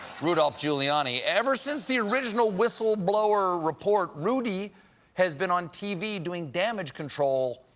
rudy giuliani. ever since the original whistleblower report, rudy has been on tv doing damage control,